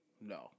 no